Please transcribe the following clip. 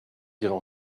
dire